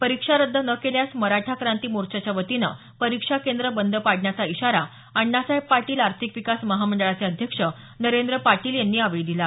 परीक्षा रद्द न केल्यास मराठा क्रांती मोर्चाच्या वतीनं परीक्षा केंद्र बंद पाडण्याचा इशारा अण्णासाहेब पाटील आर्थिक विकास महामंडळाचे अध्यक्ष नरेंद्र पाटील यांनी यावेळी दिला